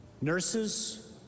Nurses